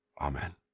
Amen